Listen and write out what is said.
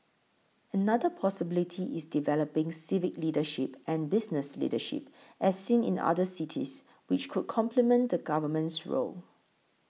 another possibility is developing civic leadership and business leadership as seen in other cities which could complement the Government's role